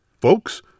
folks